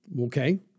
Okay